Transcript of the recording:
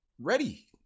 ready